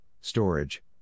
storage